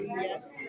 Yes